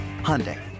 Hyundai